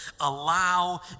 Allow